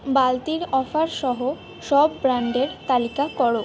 বালতির অফারসহ সব ব্র্যাণ্ডের তালিকা করো